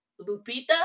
Lupita